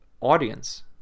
audience